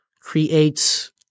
creates